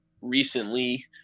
recently